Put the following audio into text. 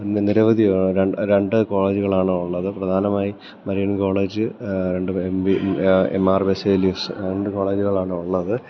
നിരവധി രണ്ട് കോളേജുകളാണ് ഉള്ളത് പ്രധാനമായി മരിയൻ കോളേജ് രണ്ടും എം ബി എമാർ ബെസേലിയസ് രണ്ട് കോളേജുകളാണ് ഉള്ളത്